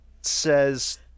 says